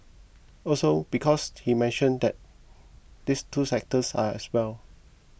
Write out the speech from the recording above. also because he mentioned that these two sectors are as well